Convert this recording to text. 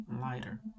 lighter